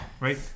Right